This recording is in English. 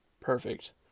perfect